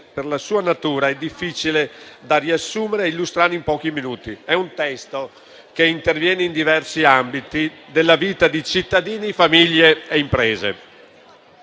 per sua natura, è difficile da riassumere e illustrare in pochi minuti. È un testo che interviene in diversi ambiti della vita di cittadini, famiglie e imprese.